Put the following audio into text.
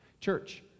Church